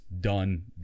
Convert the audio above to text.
done